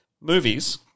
movies